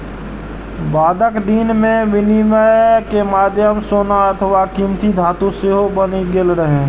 बादक दिन मे विनिमय के माध्यम सोना अथवा कीमती धातु सेहो बनि गेल रहै